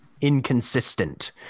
inconsistent